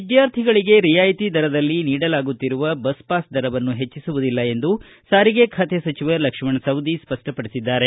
ವಿದ್ಯಾರ್ಥಿಗಳಿಗೆ ರಿಯಾಯಿತಿ ದರದಲ್ಲಿ ನೀಡಲಾಗುತ್ತಿರುವಬಸ್ ಪಾಸ್ಗಳ ದರವನ್ನು ಹೆಚ್ಚಿಸುವುದಿಲ್ಲ ಎಂದು ಸಾರಿಗೆ ಖಾತೆ ಸಚಿವ ಲಕ್ಷ್ಮಣ ಸವದಿ ಸ್ಪಷ್ಟಪಡಿಸಿದ್ದಾರೆ